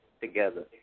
together